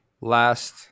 Last